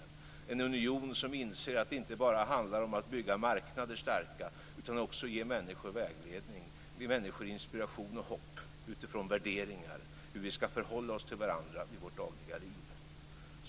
Det är en union som inser att det inte bara handlar om att bygga marknader starka utan också om att ge människor vägledning, inspiration och hopp utifrån värderingar om hur vi ska förhålla oss till varandra i vårt dagliga liv.